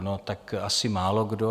No, tak to asi málokdo.